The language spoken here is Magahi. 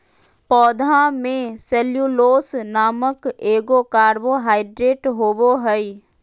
पौधा में सेल्यूलोस नामक एगो कार्बोहाइड्रेट होबो हइ